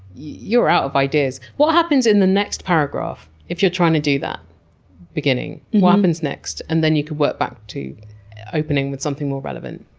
you're out of ideas. what happens in the next paragraph, if you're trying to do that beginning? what happens next? and then you could work back to opening with something more relevant.